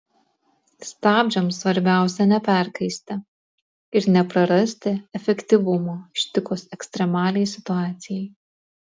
stabdžiams svarbiausia neperkaisti ir neprarasti efektyvumo ištikus ekstremaliai situacijai